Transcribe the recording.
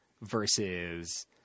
versus